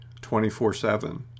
24-7